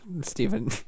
Stephen